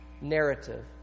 narrative